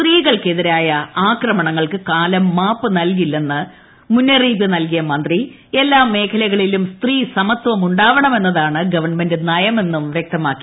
സ്ത്രീകൾക്കെതിരായ ആക്രമണങ്ങൾക്ക് കാലം മാപ്പ് നൽകില്ലെന്ന് മുന്നറിയിപ്പ് നൽകിയ മന്ത്രി എല്ലാ മേഖലകളിലും സ്ത്രീസമത്വം ഉണ്ടാവണമെന്നതാണ് ഗവൺമെന്റ് നയമെന്നും വൃക്തമാക്കി